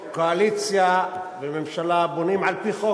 קואליציה וממשלה בונים על-פי חוק.